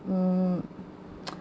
mm